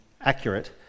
accurate